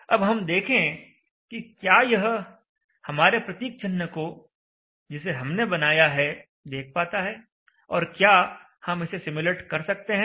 अब हम देखें कि क्या यह हमारे प्रतीक चिन्ह को जिसे हमने बनाया है देख पाता है और क्या हम इसे सिमुलेट कर सकते हैं